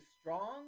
strong